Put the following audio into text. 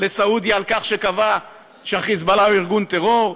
לסעודיה על כך שקבעה שה"חיזבאללה" הוא ארגון טרור,